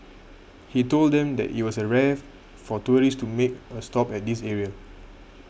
he told them that it was rare for tourists to make a stop at this area